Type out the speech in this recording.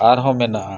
ᱟᱨᱦᱚᱸ ᱢᱮᱱᱟᱜᱼᱟ